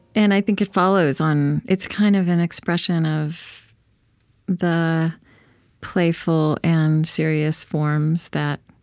and i think it follows on it's kind of an expression of the playful and serious forms that